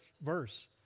verse